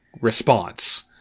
response